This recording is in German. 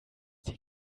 dir